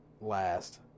last